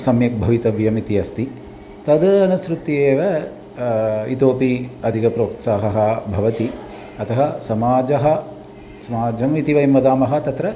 सम्यक् भवितव्यम् इति अस्ति तद् अनुसृत्येव इतोऽपि अधिकः प्रोत्साहः भवति अतः समाजः समाजम् इति वयं वदामः तत्र